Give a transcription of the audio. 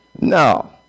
No